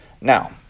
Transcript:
Now